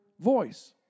voice